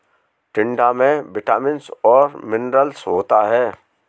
टिंडा में विटामिन्स और मिनरल्स होता है